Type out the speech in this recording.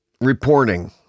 reporting